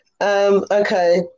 Okay